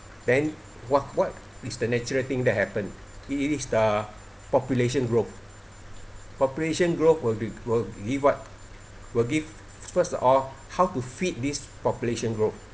then what what is the natural thing that happen is the population growth population growth will be will give what will give first of all how to feed this population growth